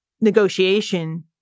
negotiation